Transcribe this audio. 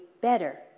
better